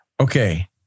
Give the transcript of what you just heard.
Okay